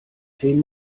zehn